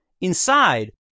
Inside